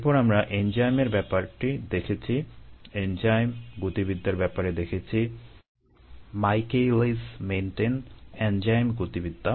এরপর আমরা এনজাইমের ব্যাপারটি দেখেছি এনজাইম গতিবিদ্যার ব্যাপারে দেখেছি মাইকেইলিস মেনটেন এনজাইম গতিবিদ্যা